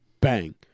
Bang